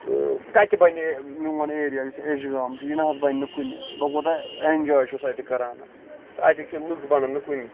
تہٕ کَتہِ بَنہِ میٚون ایریا یُس ایٚچھِگام چھُ یہِ نہ حظ بَنہِ نہٕ کُنہِ بہٕ کوتاہ اینجاے چھُس اَتہِ کران تہٕ اَتِکۍ یِم لُکھ بَنن نہٕ کُنہِ